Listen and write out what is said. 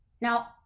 Now